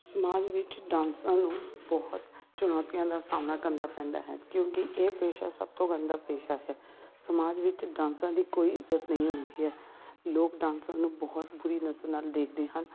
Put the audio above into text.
ਸਮਾਜ ਵਿੱਚ ਡਾਂਸਰਾਂ ਨੂੰ ਬਹੁਤ ਚੁਣੌਤੀਆਂ ਦਾ ਸਾਹਮਣਾ ਕਰਨਾ ਪੈਂਦਾ ਹੈ ਕਿਉਂਕਿ ਇਹ ਪੇਸ਼ਾ ਸਭ ਤੋਂ ਗੰਦਾ ਪੇਸ਼ਾ ਹੈ ਸਮਾਜ ਵਿੱਚ ਡਾਂਸਰਾਂ ਦੀ ਕੋਈ ਇੱਜ਼ਤ ਨਹੀਂ ਹੁੰਦੀ ਹੈ ਲੋਕ ਡਾਂਸਰਾਂ ਨੂੰ ਬਹੁਤ ਬੁਰੀ ਨਜ਼ਰ ਨਾਲ ਦੇਖਦੇ ਹਨ